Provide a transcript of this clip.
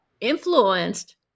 influenced